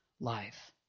life